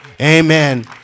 Amen